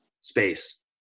space